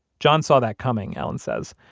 john saw that coming, allen says.